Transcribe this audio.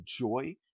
joy